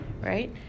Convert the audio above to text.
right